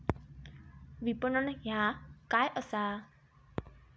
विपणन ह्या काय असा?